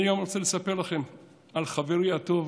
אני גם רוצה לספר לכם על חברי הטוב